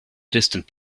distant